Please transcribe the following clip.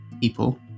people